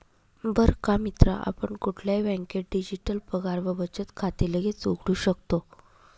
बर का मित्रा आपण कुठल्याही बँकेत डिजिटल पगार व बचत खाते लगेच उघडू शकतो